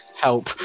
help